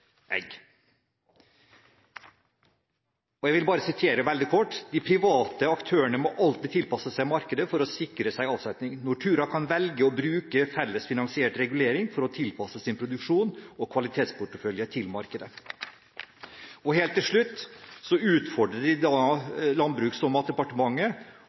egg. Jeg vil bare veldig kort sitere: «De private aktørene må alltid tilpasse seg markedet for å sikre seg avsetning. Nortura kan velge å bruke felles finansiert regulering for å tilpasse sin produksjon og kvalitetsportefølje til markedet.» Helt til slutt utfordrer de